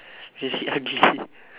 is she ugly